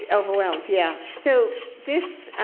overwhelmed, yeah. so this,